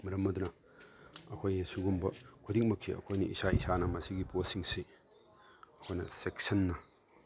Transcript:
ꯃꯔꯝ ꯑꯗꯨꯅ ꯑꯩꯈꯣꯏ ꯁꯤꯒꯨꯝꯕ ꯈꯨꯗꯤꯡꯃꯛꯁꯤ ꯑꯩꯈꯣꯏ ꯏꯁꯥ ꯏꯁꯥꯅ ꯃꯁꯤꯒꯤ ꯄꯣꯠꯁꯤꯡꯁꯤ ꯑꯩꯈꯣꯏꯅ ꯆꯦꯛꯁꯟꯅ